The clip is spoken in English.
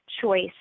choice